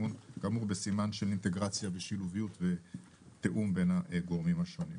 כאמור בסימון של אינטגרציה ושילוביות ותיאום בין הגורמים השונים.